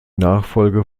nachfolge